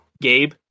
Gabe